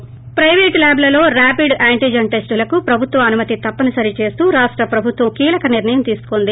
break పైపేట్ ల్యాబ్ల్లో rapid antigen టెస్టులకు ప్రభుత్వ అనుమతి తప్పనిసరి చేస్తూ రాష్ట ప్రభుత్వం కీలక నిర్ణయం తీసుకుంది